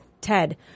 Ted